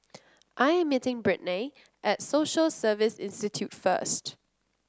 I am meeting Brittnay at Social Service Institute first